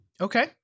Okay